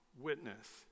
witness